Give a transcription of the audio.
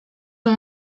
ton